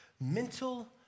mental